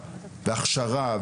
והכשרה,